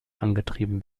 angetrieben